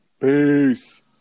Peace